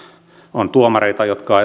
on tuomareita jotka